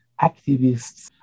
activists